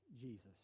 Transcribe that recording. Jesus